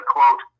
Quote